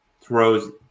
throws –